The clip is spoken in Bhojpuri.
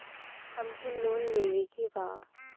हमके लोन लेवे के बा?